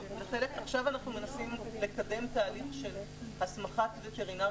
עכשיו אנחנו מנסים לקדם תהליך של הסמכת וטרינרים